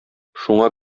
шуңа